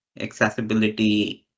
accessibility